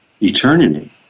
eternity